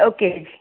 okay